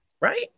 right